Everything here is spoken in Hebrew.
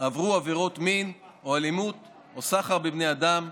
עברו עבירות מין או אלימות או סחר בבני אדם,